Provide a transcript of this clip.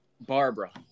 Barbara